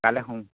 কাইলে সোমবাৰ